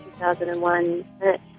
2001